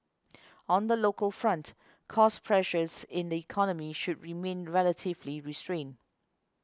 on the local front cost pressures in the economy should remain relatively restrained